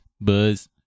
buzz